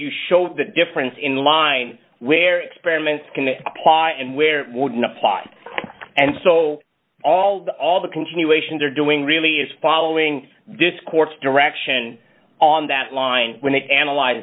you show the difference in line where experiments can apply and where it wouldn't apply and so all the all the continuations are doing really is following this court's direction on that line when it analyze